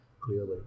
clearly